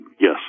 Yes